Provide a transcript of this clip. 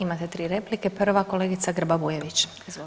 Imate tri replika, prva kolegica Grba Bujević.